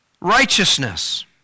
righteousness